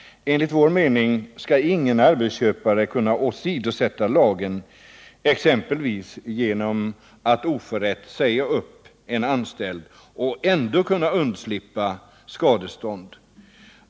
Enligt vår mening skall ingen arbetsköpare kunna åsidosätta lagen exempelvis genom att orättmätigt säga upp en anställning och ändå kunna undslippa skadestånd.